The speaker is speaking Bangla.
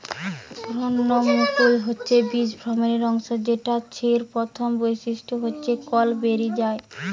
ভ্রূণমুকুল হচ্ছে বীজ ভ্রূণের অংশ যেটা ছের প্রথম বৈশিষ্ট্য হচ্ছে কল বেরি যায়